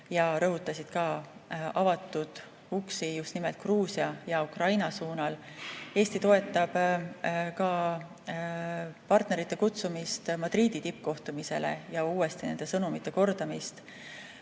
ja rõhutasid ka avatud uksi just nimelt Gruusia ja Ukraina suunal. Eesti toetab ka partnerite kutsumist Madridi tippkohtumisele ja uuesti nende sõnumite kordamist.